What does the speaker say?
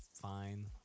fine